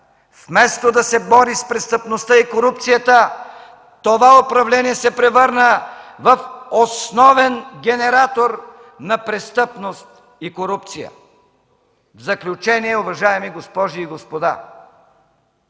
Вместо да се бори с престъпността и корупцията, това управление се превърна в основен генератор на престъпност и корупция. В заключение, уважаеми госпожи и господа,